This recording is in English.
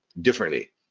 differently